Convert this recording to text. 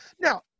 now